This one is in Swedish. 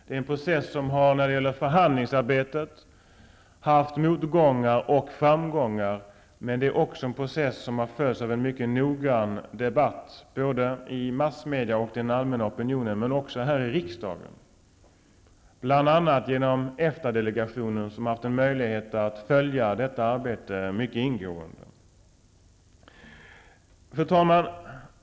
Det är en process som när det gäller förhandlingsarbetet har haft motgångar och framgångar, men den har också följts av en mycket noggrann debatt, såväl i massmedia och i den allmänna opinionen som här i riksdagen. Det har skett bl.a. genom Eftadelegationen, som har haft möjlighet att följa detta arbete mycket ingående. Fru talman!